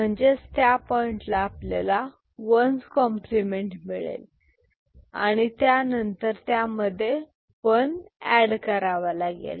म्हणजेच त्या पॉइंटला आपल्याला वन्स कॉम्प्लिमेंट मिळेल आणि त्यानंतर त्यामध्ये वन एड करावा लागेल